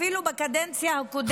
אפילו בקדנציה הקודמת,